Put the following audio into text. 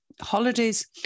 holidays